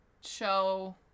show